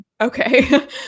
okay